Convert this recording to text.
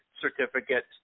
certificate